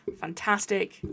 Fantastic